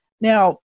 Now